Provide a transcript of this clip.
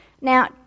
Now